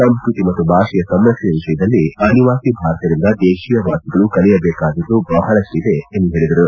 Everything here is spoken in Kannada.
ಸಂಸ್ಕತಿ ಮತ್ತು ಭಾಷೆಯ ಸಂರಕ್ಷಣೆ ವಿಷಯದಲ್ಲಿ ಅನಿವಾಸಿ ಭಾರತೀಯರಿಂದ ದೇಶೀಯ ವಾಸಿಗಳು ಕಲಿಯಬೇಕಾದ್ದು ಬಹಳಷ್ಟಿದೆ ಎಂದು ಹೇಳಿದರು